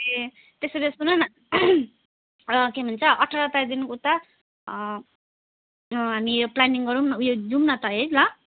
ए त्यसो भए सुन न के भन्छ अठार तारिकदेखि उता हामी प्लानिङ गरौँ न उयो जौँ न त है ल